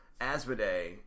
Asmodee